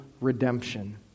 redemption